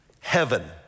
Heaven